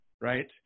right